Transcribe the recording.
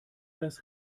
das